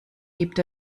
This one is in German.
gibt